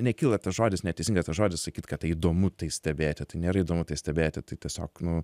nekyla tas žodis net teisingas tas žodis sakyt kad tai įdomu tai stebėti tai nėra įdomu tai stebėti tai tiesiog nu